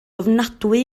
ofnadwy